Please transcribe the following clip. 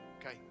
Okay